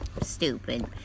stupid